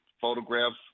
photographs